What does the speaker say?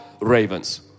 ravens